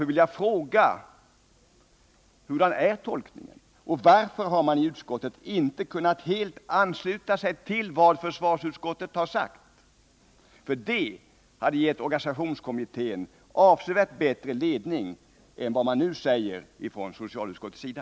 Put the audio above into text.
Jag vill därför fråga utskottets talesman: Hur skall betänkandet tolkas, och varför har man i utskottet inte helt kunnat ansluta sig till vad försvarsutskottet har framfört? Det hade gett organisationskommittén avsevärt bättre ledning än det som nu sägs från socialutskottets sida.